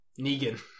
Negan